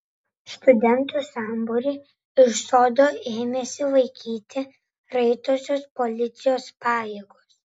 studentų sambūrį iš sodo ėmėsi vaikyti raitosios policijos pajėgos